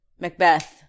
Macbeth